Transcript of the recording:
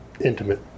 intimate